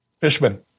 Fishman